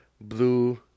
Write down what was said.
Blue